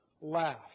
laugh